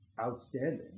outstanding